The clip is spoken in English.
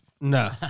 No